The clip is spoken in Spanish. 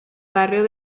barrio